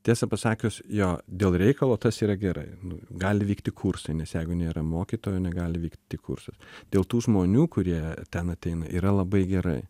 tiesą pasakius jo dėl reikalo tas yra gerai gali vykti kursai nes jeigu nėra mokytojo negali vykti kursas dėl tų žmonių kurie ten ateina yra labai gerai